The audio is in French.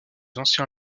ancien